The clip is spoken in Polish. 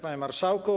Panie Marszałku!